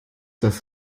das